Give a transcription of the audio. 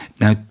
Now